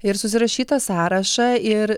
ir susirašyt tą sąrašą ir